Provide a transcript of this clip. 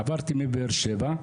עברתי מבאר שבע,